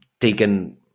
taken